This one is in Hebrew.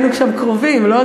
היינו שם קרובים, לא?